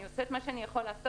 אני עושה את מה שאני יכול לעשות,